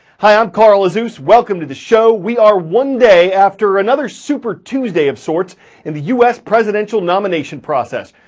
hi. i'm carl azuz. welcome to the show. we are one day after another super tuesday of sorts in the u s. presidential nomination process.